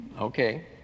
Okay